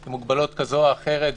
עם מוגבלות כזו או אחרת.